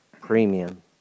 premium